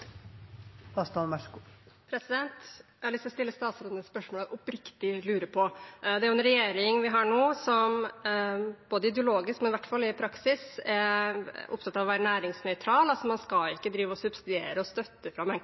Jeg har lyst til å stille statsråden et spørsmål om noe jeg oppriktig lurer på. Vi har nå en regjering som både ideologisk og i hvert fall i praksis er opptatt av å være næringsnøytral, altså at man ikke skal subsidiere og støtte